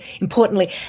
importantly